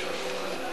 אחת.